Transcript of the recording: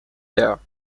there